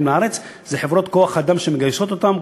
לארץ הוא חברות כוח-אדם שמגייסות אותם,